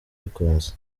bikunze